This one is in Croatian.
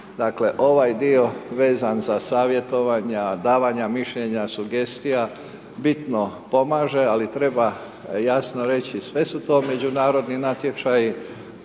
ovaj dio vezan za savjetovanja, davanja mišljenje, sugestija, bitno pomaže, ali treba jasno reći sve su to međunarodni natječaji,